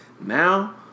Now